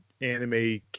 anime